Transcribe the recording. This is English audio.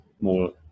more